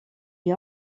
gli